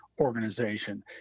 organization